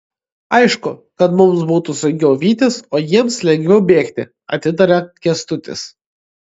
aišku kad mums būtų sunkiau vytis o jiems lengviau bėgti atitaria kęstutis